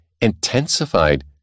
intensified